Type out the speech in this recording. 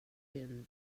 been